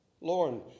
Lauren